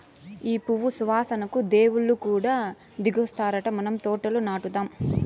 ఈ పువ్వు సువాసనకు దేవుళ్ళు కూడా దిగొత్తారట మన తోటల నాటుదాం